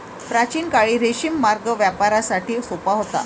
प्राचीन काळी रेशीम मार्ग व्यापारासाठी सोपा होता